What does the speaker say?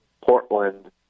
Portland